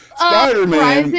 spider-man